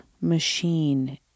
machine